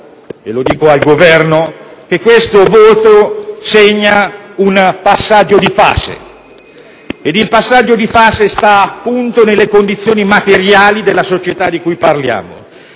e lo dico al Governo - che questo voto segna un passaggio di fase che sta appunto nelle condizioni materiali della società di cui parliamo.